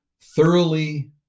thoroughly